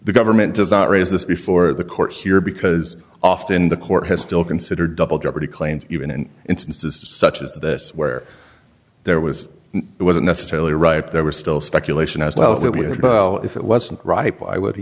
the government does not raise this before the court here because often the court has still considered double jeopardy claims even in instances such as this where there was it wasn't necessarily right there was still speculation as to how it would go if it wasn't ripe i would